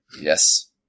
Yes